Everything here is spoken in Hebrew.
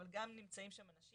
אבל גם נמצאים שם אנשים,